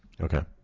okay